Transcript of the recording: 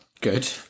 Good